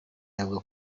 yavuga